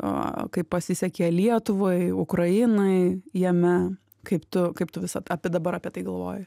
kaip pasisekė lietuvai ukrainai jame kaip tu kaip tu visad apie dabar apie tai galvoji